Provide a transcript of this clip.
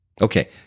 Okay